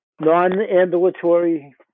non-ambulatory